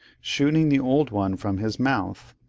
shooting the old one from his mouth,